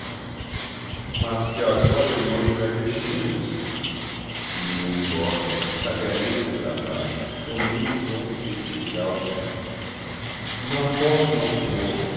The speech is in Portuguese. eu agora mesmo é que chego não importa pagarei o seu trabalho também o incêmodo que isto lhe causa não posso não senhor